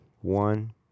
One